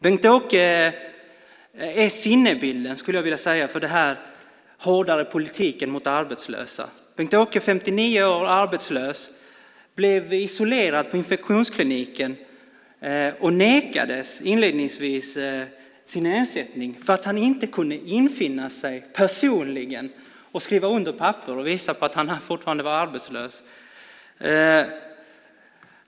Jag skulle vilja säga att Bengt-Åke är sinnebilden för den hårdare politiken mot de arbetslösa. Bengt-Åke är 59 år och är arbetslös. Han blev isolerad på infektionskliniken och nekades inledningsvis sin ersättning för att han inte kunde infinna sig personligen och skriva under papper och visa på att han fortfarande var arbetslös.